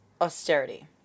austerity